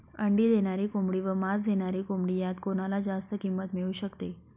अंडी देणारी कोंबडी व मांस देणारी कोंबडी यात कोणाला जास्त किंमत मिळू शकते?